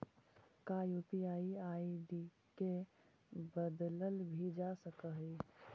का UPI ID के बदलल भी जा सकऽ हई?